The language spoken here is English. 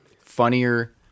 funnier